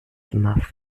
immer